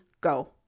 go